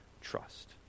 trust